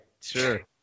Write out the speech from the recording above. Sure